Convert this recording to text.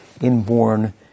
inborn